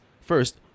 first